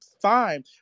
fine